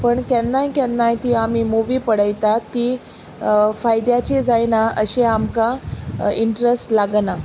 पण केन्नाय केन्नाय ती आमी मुवी पळयतात ती फायद्याची जायना अशें आमकां इंट्रस्ट लागना